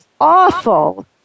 awful